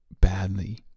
badly